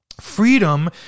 Freedom